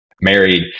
married